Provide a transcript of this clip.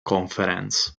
conference